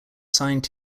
assigned